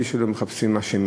בלי שמחפשים אשמים.